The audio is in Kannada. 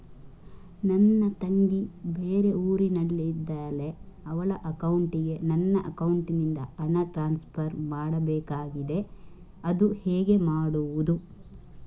ನನ್ನ ತಂಗಿ ಬೇರೆ ಊರಿನಲ್ಲಿದಾಳೆ, ಅವಳ ಅಕೌಂಟಿಗೆ ನನ್ನ ಅಕೌಂಟಿನಿಂದ ಹಣ ಟ್ರಾನ್ಸ್ಫರ್ ಮಾಡ್ಬೇಕಾಗಿದೆ, ಅದು ಹೇಗೆ ಮಾಡುವುದು?